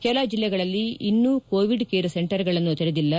ಕೆಲ ಜಿಲ್ಲೆಗಳಲ್ಲಿ ಇನ್ನೂ ಕೋವಿಡ್ ಕೇರ್ ಸೆಂಟರುಗಳನ್ನು ತೆರೆದಿಲ್ಲ